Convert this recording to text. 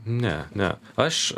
ne ne aš